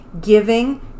giving